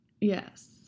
Yes